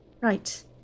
Right